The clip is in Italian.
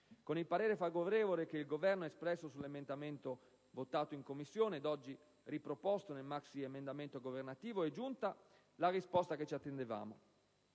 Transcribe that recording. Con il parere favorevole che il Governo ha espresso sull'emendamento votato in Commissione ed oggi riproposto nel maxiemendamento governativo, è giunta la risposta che ci attendevamo.